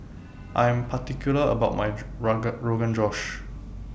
I Am particular about My Rogan Josh